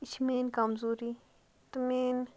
یہِ چھِ میٛٲنۍ کَمزوری تہٕ میٛٲنۍ